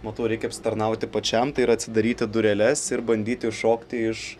matau reikia apsitarnauti pačiam tai yra atsidaryti dureles ir bandyti šokti iš